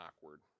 awkward